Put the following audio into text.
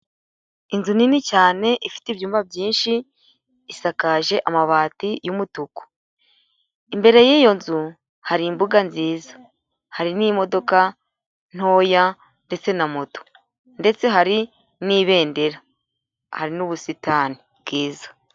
Inzu nini cyane ifite ibyumba byinshi isakaje amabati y'umutuku imbere y'iyo nzu hari imbuga nziza hari n'imodoka ntoya ndetse na moto ndetse hari n'ibendera hari n'ubusitani bwiza.